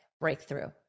breakthrough